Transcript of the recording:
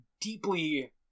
deeply